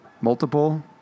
multiple